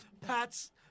Pats